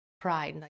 pride